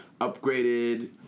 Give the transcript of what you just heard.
upgraded